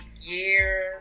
year